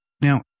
Now